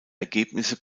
ergebnisse